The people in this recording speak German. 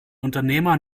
unternehmer